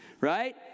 right